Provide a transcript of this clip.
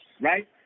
right